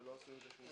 ולא עשו עם זה דבר.